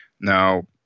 Now